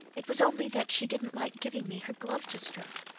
it was only that she didn't like giving me her glove to stroke,